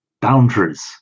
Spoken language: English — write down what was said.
boundaries